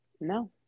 No